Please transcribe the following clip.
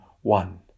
one